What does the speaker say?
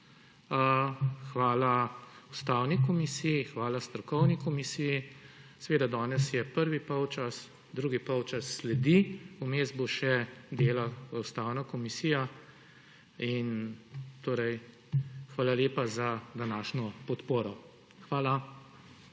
hvala Ustavni komisiji, hvala strokovni komisiji. Seveda danes je prvi polčas, drugi polčas sledi. Vmes bo še delala Ustavna komisija – in hvala lepa za današnjo podporo! Hvala.